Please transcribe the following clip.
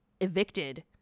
evicted